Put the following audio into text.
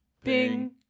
Bing